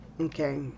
Okay